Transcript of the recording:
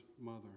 mother